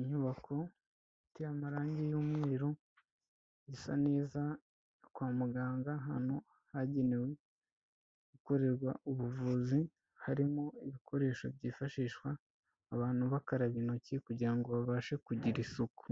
Inyubako iteye amarangi y'umweru, isa neza kwa muganga ahantu hagenewe gukorerwa ubuvuzi harimo ibikoresho byifashishwa abantu bakaraba intoki kugira ngo babashe kugira isuku